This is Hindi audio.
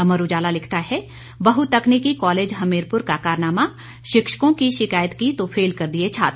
अमर उजाला लिखता है बहुतकनीकी कालेज हमीरपुर का कारनामा शिक्षकों की शिकायत की तो फेल कर दिए छात्र